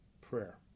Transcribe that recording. prayer